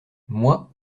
moi